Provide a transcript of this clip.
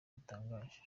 butangaje